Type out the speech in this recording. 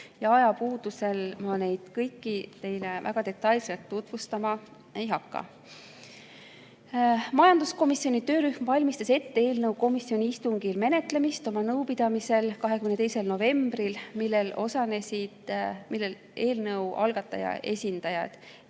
Ajapuudusel ma neid kõiki teile väga detailselt tutvustama ei hakka. Majanduskomisjoni töörühm valmistas ette eelnõu komisjoni istungil menetlemist oma nõupidamisel 22. novembril, millel osalesid eelnõu algataja esindajad